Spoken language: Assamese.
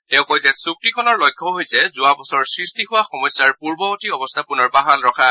তেওঁ কয় যে চুক্তিখনৰ লক্ষ্য হৈছে যোৱা বছৰ সৃষ্টি হোৱা সমস্যাৰ পূৰ্ববৰ্তী অৱস্থা পূনৰ বাহাল ৰখা